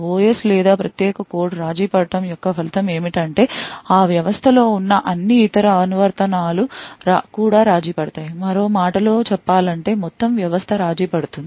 OS లేదా ప్రత్యేక code రాజీపడటం యొక్క ఫలితం ఏమిటంటే ఆ వ్యవస్థలో ఉన్న అన్ని ఇతర అనువర్తనాలు కూడా రాజీపడతాయి మరో మాటలో చెప్పాలంటే మొత్తం వ్యవస్థ రాజీపడుతుంది